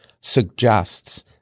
suggests